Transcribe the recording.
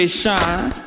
shine